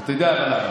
אתה יודע למה?